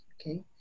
Okay